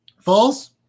False